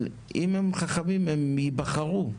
אבל אם הם חכמים הם יבחרו,